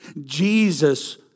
Jesus